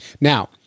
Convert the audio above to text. now